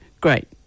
Great